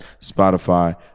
Spotify